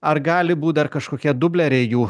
ar gali būt dar kažkokie dubleriai jų